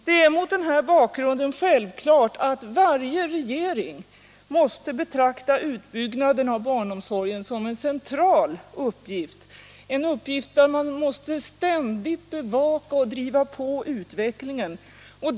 Det är mot den här bakgrunden självklart att varje regering måste betrakta utbyggnaden av barnomsorgen som en central uppgift. Det är en fråga där man ständigt måste bevaka och driva på utvecklingen.